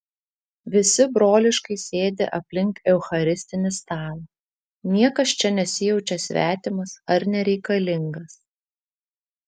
visi broliškai sėdi aplink eucharistinį stalą niekas čia nesijaučia svetimas ar nereikalingas